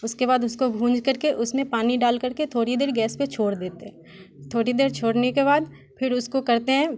उसके बाद उसको भूँज करके उसमें पानी डालकर के थोड़ी देर गैस पे छोड़ देते हैं थोड़ी देर छोड़ने के बाद फिर उसको करते हैं